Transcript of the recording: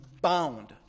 bound